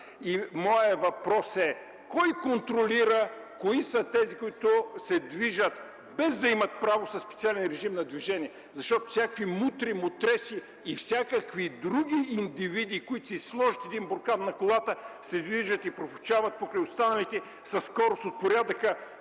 Моят въпрос е: кой контролира и кои са тези, които се движат така, без да имат право на специален режим на движение? Всякакви мутри, мутреси и всякакви други индивиди, като си сложат син буркан на колата, се движат или профучават покрай останалите със скорост от порядъка